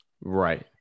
Right